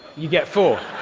you get four.